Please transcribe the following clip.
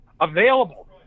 available